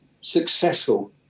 successful